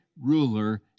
ruler